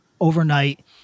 overnight